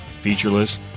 featureless